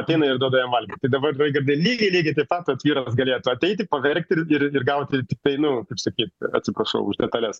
ateina ir duoda jam valgyt tai dabar raigardai lygiai lygiai taip pat tas vyras galėtų ateiti paverkti ir gauti tiktai nu kaip sakyt atsiprašau už detales nu